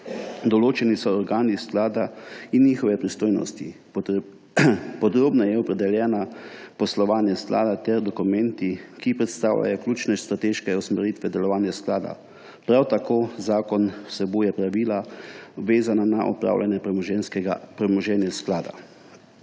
Določeni so organi sklada in njihove pristojnosti. Podrobneje je opredeljeno poslovanje sklada ter dokumenti, ki predstavljajo ključne strateške usmeritve delovanja sklada. Prav tako zakon vsebuje pravila, vezana na upravljanje premoženja sklada.